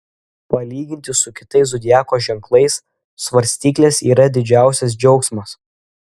palyginti su kitais zodiako ženklais svarstyklės yra didžiausias džiaugsmas